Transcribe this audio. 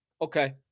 Okay